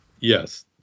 Yes